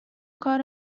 کار